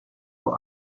vor